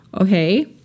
okay